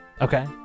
Okay